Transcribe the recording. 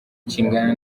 kingana